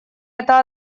это